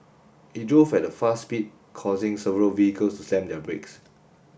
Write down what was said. he drove at a fast speed causing several vehicles to slam their brakes